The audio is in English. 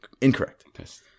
Incorrect